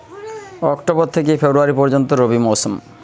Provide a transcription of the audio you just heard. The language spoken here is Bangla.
অক্টোবর থেকে ফেব্রুয়ারি পর্যন্ত রবি মৌসুম